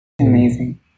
Amazing